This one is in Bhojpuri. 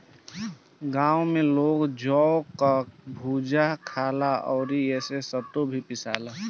गांव में लोग जौ कअ भुजा खाला अउरी एसे सतुआ भी पिसाला